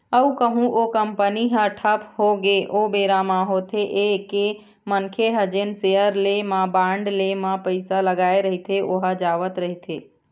अउ कहूँ ओ कंपनी ह ठप होगे ओ बेरा म होथे ये के मनखे ह जेन सेयर ले म या बांड ले म पइसा लगाय रहिथे ओहा जावत रहिथे